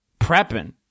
prepping